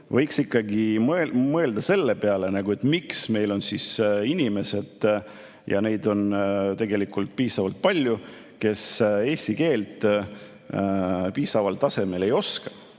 võiks ikkagi mõelda selle peale, miks meil on inimesed – ja neid on tegelikult piisavalt palju –, kes eesti keelt piisaval tasemel ei oska.